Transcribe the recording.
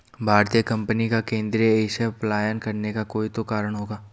भारतीय कंपनी का केंद्रीय एशिया पलायन करने का कोई तो कारण होगा